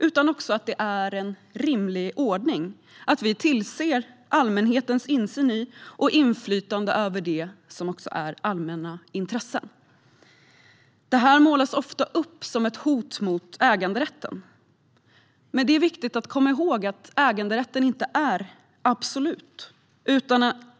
Det ska också vara en rimlig ordning att vi tillser allmänhetens insyn i och inflytande över det som även är allmänna intressen. Detta målas ofta upp som ett hot mot äganderätten. Men det är viktigt att komma ihåg att äganderätten inte är absolut.